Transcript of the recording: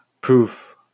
proof